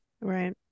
right